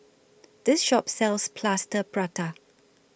This Shop sells Plaster Prata